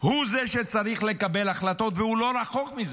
הוא זה שצריך לקבל החלטות, והוא לא רחוק מזה.